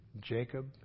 Jacob